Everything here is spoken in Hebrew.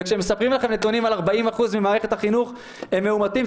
וכשמספרים לכם נתונים על 40% ממערכת החינוך שהם מאומתים,